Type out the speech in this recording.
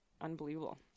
unbelievable